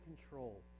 control